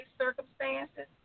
circumstances